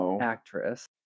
actress